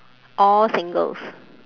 all singles